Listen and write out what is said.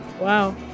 Wow